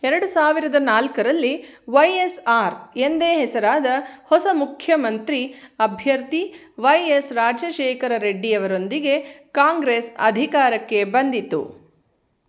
ಎರಡು ಸಾವಿರದ ನಾಲ್ಕರಲ್ಲಿ ವೈ ಎಸ್ ಆರ್ ಎಂದೇ ಹೆಸರಾದ ಹೊಸ ಮುಖ್ಯಮಂತ್ರಿ ಅಭ್ಯರ್ಥಿ ವೈ ಎಸ್ ರಾಜಶೇಖರ ರೆಡ್ಡಿಯವರೊಂದಿಗೆ ಕಾಂಗ್ರೆಸ್ ಅಧಿಕಾರಕ್ಕೆ ಬಂದಿತು